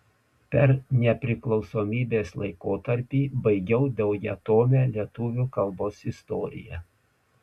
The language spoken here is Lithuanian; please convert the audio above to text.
per nepriklausomybės laikotarpį baigiau daugiatomę lietuvių kalbos istoriją